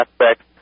aspects